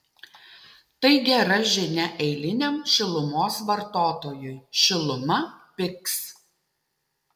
tai gera žinia eiliniam šilumos vartotojui šiluma pigs